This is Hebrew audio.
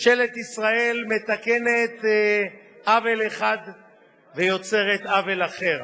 ממשלת ישראל מתקנת עוול אחד ויוצרת עוול אחר.